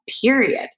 period